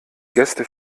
gäste